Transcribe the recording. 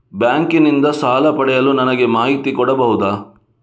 Bank ನಿಂದ ಸಾಲ ಪಡೆಯಲು ನನಗೆ ಮಾಹಿತಿ ಕೊಡಬಹುದ?